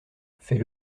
fait